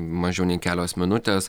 mažiau nei kelios minutės